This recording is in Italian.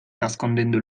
nascondendo